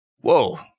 Whoa